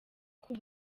kuba